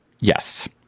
Yes